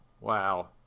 wow